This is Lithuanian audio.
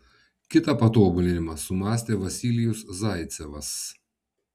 kitą patobulinimą sumąstė vasilijus zaicevas